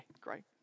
great